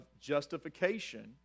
justification